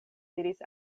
diris